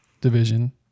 division